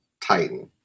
Titan